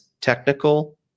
technical